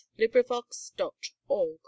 LibriVox.org